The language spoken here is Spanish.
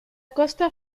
costa